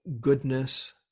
goodness